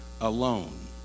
alone